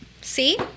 See